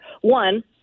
one